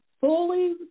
fully